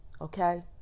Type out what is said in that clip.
okay